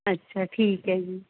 ਅੱਛਾ ਠੀਕ ਹੈ ਜੀ